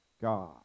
God